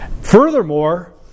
Furthermore